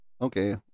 okay